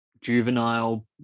juvenile